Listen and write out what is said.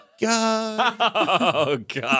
God